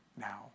Now